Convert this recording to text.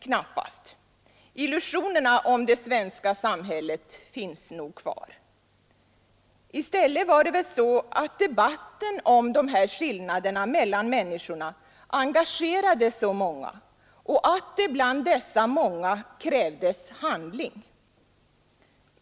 Knappast. Illusionerna om det svenska samhället finns nog kvar. I stället var det så att debatten om skillnaderna mellan människorna engagerade många, och bland dessa många krävdes handling.